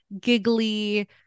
giggly